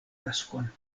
taskon